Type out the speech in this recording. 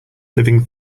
living